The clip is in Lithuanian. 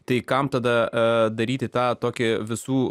tai kam tada daryti tą tokį visų